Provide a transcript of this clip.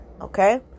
Okay